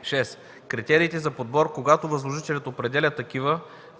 „6. критериите за подбор, когато възложителят определя такива,